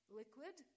liquid